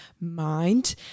mind